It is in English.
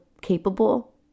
capable